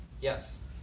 Yes